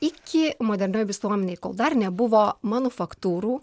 iki modernioj visuomenėj kol dar nebuvo manufaktūrų